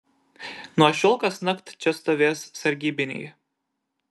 nuo šiol kasnakt čia stovės sargybiniai